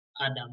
Adam